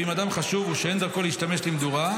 ואם אדם חשוב הוא, שאין דרכו להשתמש למדורה,